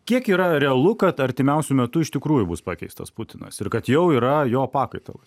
kiek yra realu kad artimiausiu metu iš tikrųjų bus pakeistas putinas ir kad jau yra jo pakaitalas